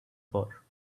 for